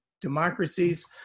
democracies